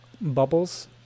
bubbles